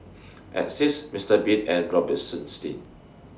Asics Mister Bean and Robitussin